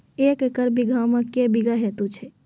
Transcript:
एक एकरऽ मे के बीघा हेतु छै?